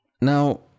Now